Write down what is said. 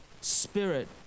spirit